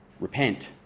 Repent